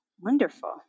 wonderful